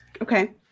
Okay